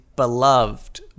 beloved